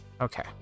Okay